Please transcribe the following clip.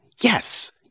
Yes